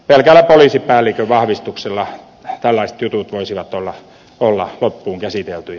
pelkällä poliisipäällikön vahvistuksella tällaiset jutut voisivat olla loppuun käsiteltyjä